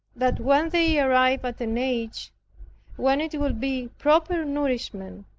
that when they arrive at an age when it would be proper nourishment,